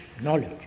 knowledge